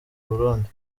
burundi